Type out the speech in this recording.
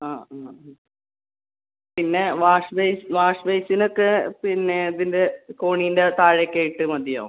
ആ ഇന്ന് ഉം പിന്നെ വാഷ് ബേസിൻ വാഷ് ബേസിൻ ഒക്കെ പിന്നെ ഇതിൻ്റെ കോണീൻ്റെ താഴേക്കായിട്ട് മതിയോ